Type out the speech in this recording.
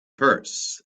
purse